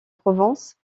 provence